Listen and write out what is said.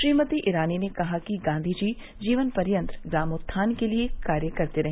श्रीमती ईरानी ने कहा गांधी जी जीवन पर्यन्त ग्रामोत्थान के लिए कार्य करते रहे